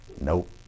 nope